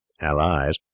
allies